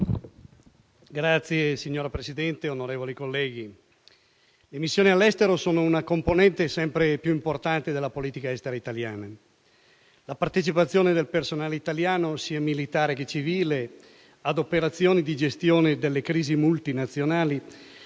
*(PdL)*. Signora Presidente, onorevoli colleghi, le missioni all'estero sono una componente sempre più importante della politica estera italiana. La partecipazione del personale italiano, sia militare che civile, ad operazioni di gestione delle crisi multinazionali